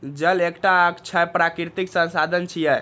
जल एकटा अक्षय प्राकृतिक संसाधन छियै